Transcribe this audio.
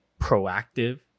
proactive